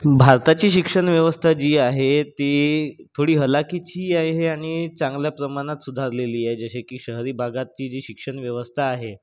भारताची शिक्षण व्यवस्था जी आहे ती थोडी हलाखीची आहे आणि चांगल्या प्रमाणात सुधारलेली आहे जसे की शहरी भागाची जी शिक्षण व्यवस्था आहे